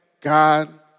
God